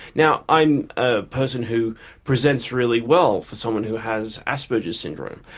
now i'm a person who presents really well for someone who has asperger's syndrome,